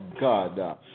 God